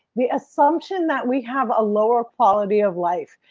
the assumption that we have a lower quality of life,